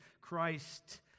Christ